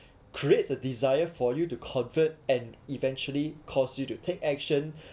creates a desire for you to convert and eventually cause you to take action